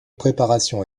préparation